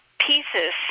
pieces